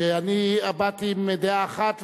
שאני באתי עם דעה אחת,